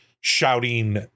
shouting